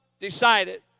decided